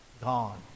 gone